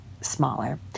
smaller